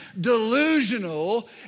delusional